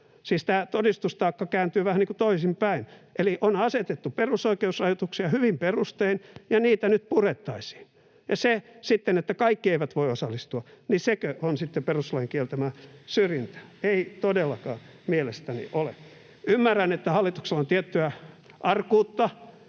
todistustaakka kääntyy vähän niin kuin toisinpäin: on asetettu perusoikeusrajoituksia hyvin perustein ja niitä nyt purettaisiin. Ja sekö sitten, että kaikki eivät voi osallistua, on perustuslain kieltämää syrjintää? Ei todellakaan mielestäni ole. Ymmärrän, että hallituksella on tiettyä arkuutta